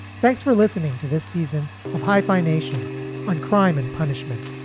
thanks for listening to this season of high five nation on crime and punishment.